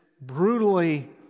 brutally